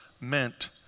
meant